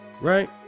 right